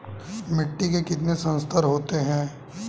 मिट्टी के कितने संस्तर होते हैं?